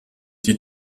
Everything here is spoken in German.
die